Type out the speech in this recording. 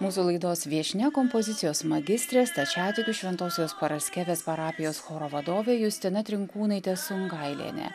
mūsų laidos viešnia kompozicijos magistrė stačiatikių šventosios paraskevės parapijos choro vadovė justina trinkūnaitė sungailienė